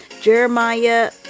Jeremiah